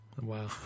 Wow